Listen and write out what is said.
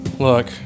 Look